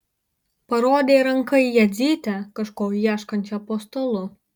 parodė ranka į jadzytę kažko ieškančią po stalu